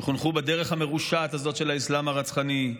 שחונכו בדרך המרושעת הזאת של האסלאם הרצחני,